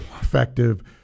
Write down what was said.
effective